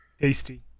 Tasty